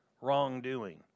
wrongdoing